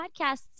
podcasts